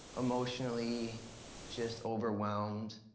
emotionally just overwhelmed,